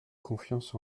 confiance